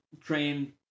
train